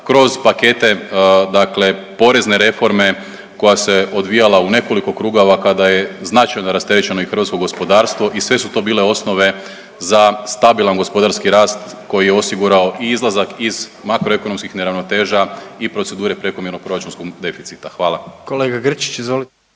kroz pakete dakle porezne reforme koja se odvijala u nekoliko krugova kada je značajno rasterećeno i hrvatsko gospodarstvo i sve su to bile osnove za stabilan gospodarski rast koji je osigurao i izlazak iz makroekonomskih neravnoteža i procedure prekomjernog proračunskog deficita. Hvala.